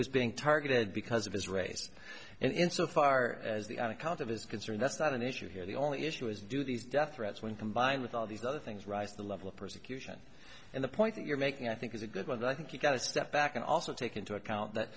was being targeted because of his race and in so far as the account of his concern that's not an issue here the only issue is do these death threats when combined with all these other things rise the level of persecution and the point that you're making i think is a good one i think you've got to step back and also take into account that